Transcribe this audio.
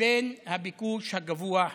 לבין הביקוש הגבוה בשטח.